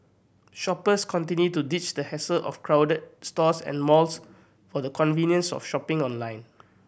shoppers continue to ditch the hassle of crowded stores and malls for the convenience of shopping online